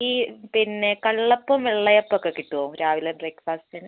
ഈ പിന്നെ കള്ളപ്പം വെള്ളയപ്പം ഒക്കെ കിട്ടുവോ രാവിലെ ബ്രേക്ക്ഫാസ്റ്റിന്